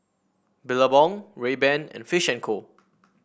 Billabong Rayban and Fish and Co